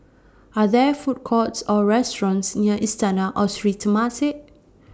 Are There Food Courts Or restaurants near Istana Or Sri Temasek